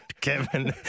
Kevin